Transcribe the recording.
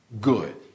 Good